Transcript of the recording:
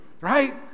Right